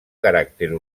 caràcter